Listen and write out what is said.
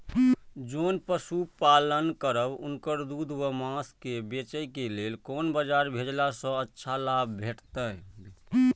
जोन पशु पालन करब उनकर दूध व माँस के बेचे के लेल कोन बाजार भेजला सँ अच्छा लाभ भेटैत?